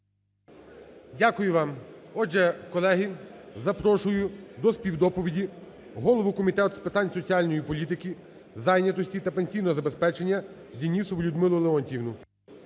Дякую вам. Отже, колеги, запрошую до співдоповіді голову Комітету з питань соціальної політики, зайнятості та пенсійного забезпечення Денісову Людмилу Леонтіївну.